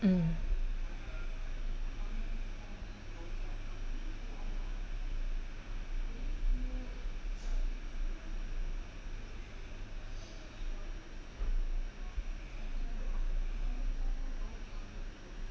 mm